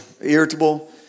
irritable